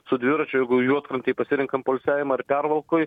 su dviračiu jeigu juodkrantėj pasirenkam poilsiavimą ar pervalkoj